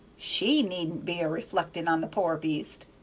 she needn't be a reflectin' on the poor beast.